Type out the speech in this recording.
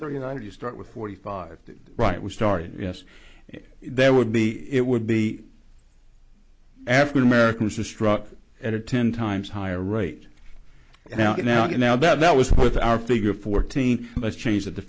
for united you start with forty five right we started yes there would be it would be african americans who struck at a ten times higher rate now now now that that was one of our figure fourteen let's change the